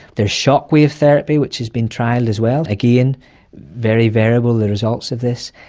there's shock-wave therapy which has been trialled as well, again very variable, the results of this.